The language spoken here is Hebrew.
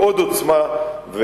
ועוד עוצמה,